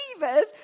believers